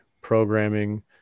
programming